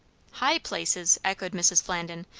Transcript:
high places! echoed mrs. flandin.